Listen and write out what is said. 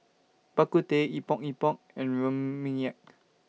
Bak Kut Teh Epok Epok and Rempeyek